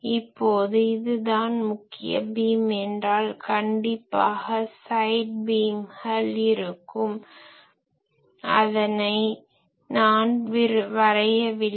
இப்போது இதுதான் முக்கிய பீம் என்றால் கண்டிப்பாக ஸைட் பீம்கள் side beam பக்க ஒளிக்கற்றை இருக்கும் அதனை நான் வரையவில்லை